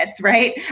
right